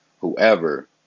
whoever